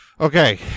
Okay